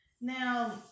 Now